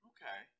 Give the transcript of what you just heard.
Okay